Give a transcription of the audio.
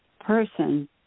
person